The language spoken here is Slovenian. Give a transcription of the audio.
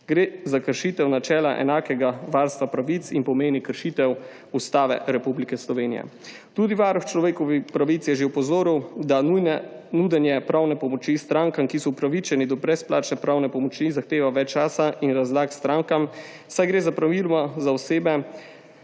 Gre za kršitev načela enakega varstva pravic in pomeni kršitev Ustave Republike Slovenije. Tudi Varuh človekovih pravic je že opozoril, da nudenje pravne pomoči strankam, ki so upravičene do brezplačne pravne pomoči, zahteva več časa in razlag strankam, saj gre praviloma za osebe,